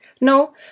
No